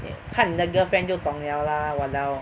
看你的 girlfriend 就懂 liao lah !walao!